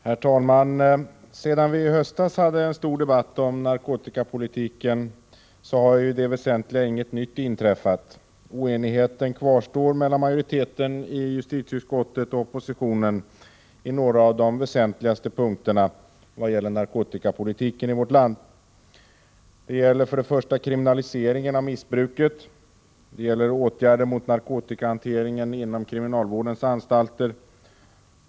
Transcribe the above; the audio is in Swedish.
Herr talman! Sedan vi i höstas hade en stor debatt om narkotikapolitiken, har i det väsentliga inget nytt inträffat. Oenigheten kvarstår mellan majoriteten i utskottet och oppositionen om några av de väsentligaste punkterna när det gäller narkotikapolitiken i vårt land. Det gäller kriminaliseringen av missbruket. Det gäller åtgärder mot narkotikahanteringen inom kriminalvårdens anstalter.